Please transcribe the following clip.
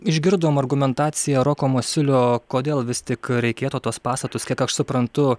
išgirdom argumentaciją roko masiulio kodėl vis tik reikėtų tuos pastatus kiek aš suprantu